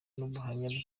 n’ubuhamya